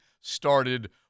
started